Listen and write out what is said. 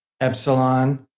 epsilon